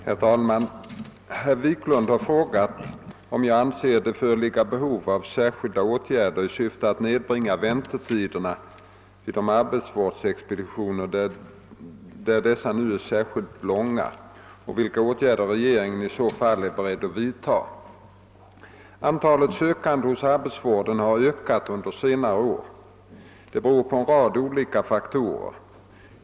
Herr talman! Herr Wiklund i Stockholm har frågat om jag anser det föreligga behov av särskilda åtgärder i syfte att nedbringa väntetiderna vid de arbetsvårdsexpeditioner, där dessa nu är särskilt långa, och vilka åtgärder regeringen i så fall är beredd att vidta. Antalet sökande hos arbetsvården har ökat under senare år. Detta beror på en rad olika faktorer.